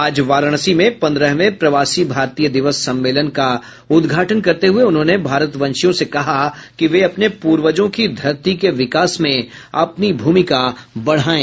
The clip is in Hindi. आज वाराणसी में पन्द्रहवें प्रवासी भारतीय दिवस सम्मेलन का उद्घाटन करते हुए उन्होंने भारतवंशियों से कहा कि वे अपने पूर्वजों की धरती के विकास में अपनी भूमिका बढ़ायें